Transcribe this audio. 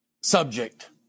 subject